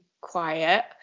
quiet